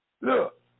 Look